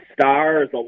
stars